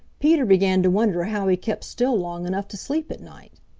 peter began to wonder how he kept still long enough to sleep at night.